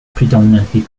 predominantly